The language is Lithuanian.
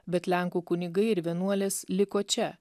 bet lenkų kunigai ir vienuolės liko čia